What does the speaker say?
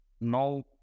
No